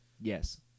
Yes